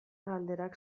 galderak